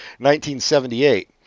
1978